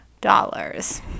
dollars